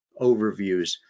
overviews